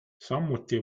samuti